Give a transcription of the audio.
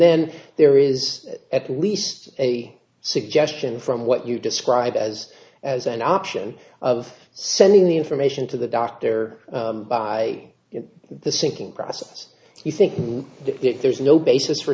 then there is at least a suggestion from what you describe as as an option of sending the information to the doctor by the sinking process you think it there's no basis for